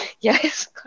yes